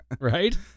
Right